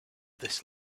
this